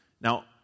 Now